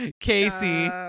Casey